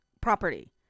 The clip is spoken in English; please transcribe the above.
property